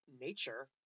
nature